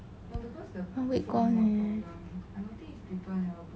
one week gone eh